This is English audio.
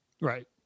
right